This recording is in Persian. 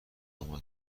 امدبه